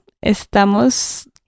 estamos